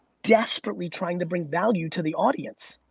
desperately trying to bring value to the audience.